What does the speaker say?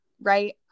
right